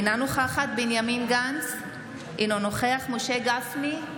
אינה נוכחת בנימין גנץ, אינו נוכח משה גפני,